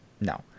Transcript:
No